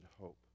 hope